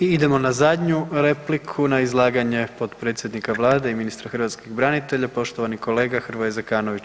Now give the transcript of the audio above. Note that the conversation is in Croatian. I idemo na zadnju repliku na izlaganje potpredsjednika Vlade i ministra hrvatskih branitelja, poštovani kolega Hrvoje Zekanović.